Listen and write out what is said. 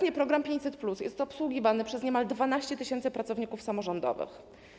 Obecnie program 500+ jest obsługiwany przez niemal 12 tys. pracowników samorządowych.